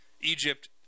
Egypt